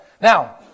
Now